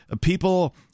People